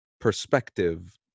perspective